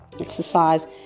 Exercise